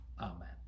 Amen